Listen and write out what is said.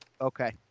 Okay